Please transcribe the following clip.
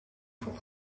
voor